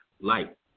light